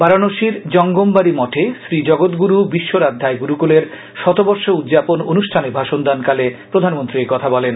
বারানসীর জঙ্গঁমবাডি মঠে শ্রী জগৎগুরু বিশ্বরাধ্যায় গুরুকুলের শতবর্ষ উদযাপন অনুষ্ঠানে ভাষনদানকালে প্রধানমন্ত্রী একথা বলেন